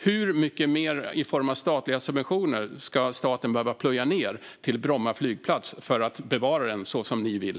Hur mycket mer i form av statliga subventioner ska staten behöva plöja ned i Bromma flygplats för att bevara den så som ni vill?